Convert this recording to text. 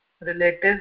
relatives